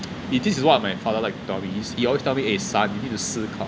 it this is what my father like to tell me he always tell me like eh son you need to 思考